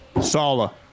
Sala